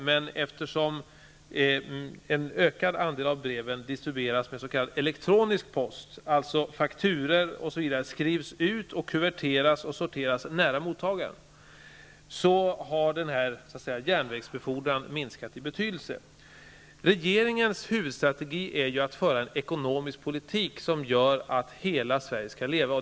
Men eftersom en ökad andel av breven distribueras med s.k. elektronisk post -- fakturor m.m. skrivs ut, kuverteras och sorteras nära mottagaren -- har järnvägsbefordran minskat i betydelse. Regeringens huvudstrategi är att föra en ekonomisk politik som leder till att hela Sverige skall leva.